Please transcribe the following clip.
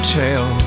tell